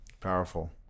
powerful